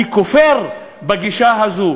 אני כופר בגישה הזאת.